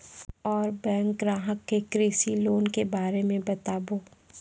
और बैंक ग्राहक के कृषि लोन के बारे मे बातेबे?